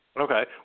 Okay